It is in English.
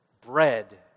bread